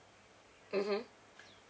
mmhmm